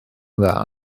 dda